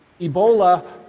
Ebola